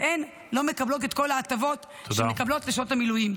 והן לא מקבלות את כל ההטבות שמקבלות נשות המילואים.